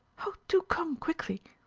oh, do come quickly.